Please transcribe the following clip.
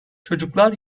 çocuklar